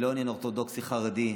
זה לא עניין אורתודוקסי חרדי,